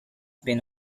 been